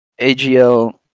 AGL